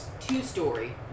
two-story